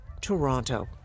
Toronto